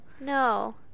no